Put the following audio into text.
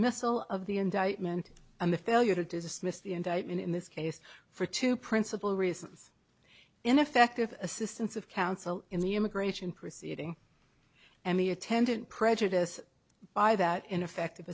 dismissal of the indictment on the failure to dismiss the indictment in this case for two principal reasons ineffective assistance of counsel in the immigration proceeding and the attendant prejudice by that ineffective